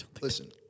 Listen